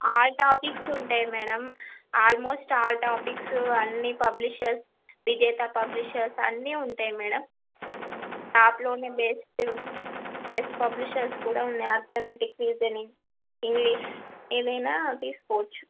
all topics ఉంటాయి madam almost all topics అన్ని publishers Vijetha publishers అన్ని ఉంటాయి మేడం ఆప్లోనే బెస్ట్ బెస్ట్ పబ్లిషర్స్ కూడా ఉన్నాయి అర్థమెటిక్ రీసనింగ్ ఇంగ్లీష్ ఏదైనా తీసుకోవచ్చు